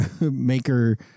maker